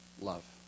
love